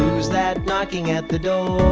who's that knocking at the door?